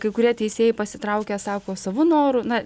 kai kurie teisėjai pasitraukė sako savo noru na